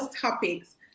topics